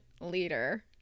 leader